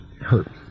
hurt